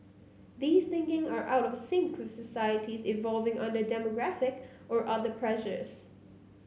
these thinking are out of sync societies evolving under demographic or other pressures